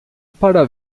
para